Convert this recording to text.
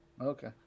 Okay